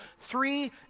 three